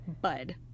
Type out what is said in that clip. bud